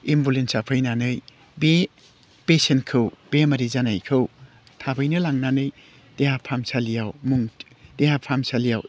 एम्बुलेन्साआ फैनानै बे पेसियेन्टखौ बेमारि जानायखौ थाबैनो लांनानै देहा फाहामसालियाव मुं देहा फाहामसालियाव